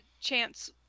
Chance